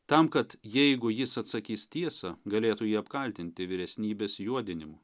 tam kad jeigu jis atsakys tiesą galėtų jį apkaltinti vyresnybės juodinimu